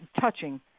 touching